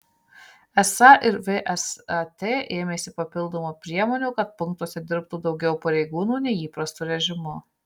esą ir vsat ėmėsi papildomų priemonių kad punktuose dirbtų daugiau pareigūnų nei įprastu režimu